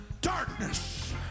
darkness